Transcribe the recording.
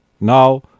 Now